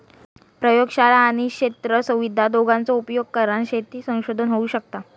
प्रयोगशाळा आणि क्षेत्र सुविधा दोघांचो उपयोग करान शेती संशोधन होऊ शकता